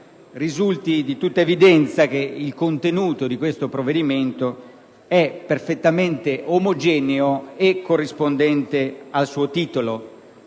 risulti di tutta evidenza che il contenuto del provvedimento è perfettamente omogeneo e corrispondente al suo titolo: